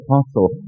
apostle